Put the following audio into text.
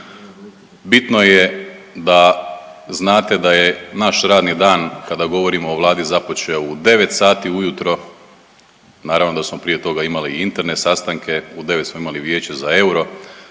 Bitno je da znate da je naš radni dan kada govorimo o Vladi započeo u 9 sati u jutro, naravno da smo prije toga imali i interne sastanke. U 9 smo imali Vijeće za euro,